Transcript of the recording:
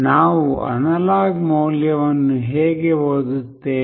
ನಾವು ಅನಲಾಗ್ ಮೌಲ್ಯವನ್ನು ಹೇಗೆ ಓದುತ್ತೇವೆ